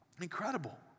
Incredible